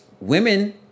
women